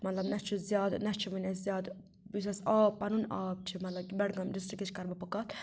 مطلب نہَ چھُ زیادٕ نہَ چھُ وُنہِ اَسہِ زیادٕ یُس اَسہِ آب پَنُن آب چھُ مطلب کہِ بَڈگام ڈِسٹرکٕچ کَرٕ بہٕ بہٕ کَتھ